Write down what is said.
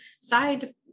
side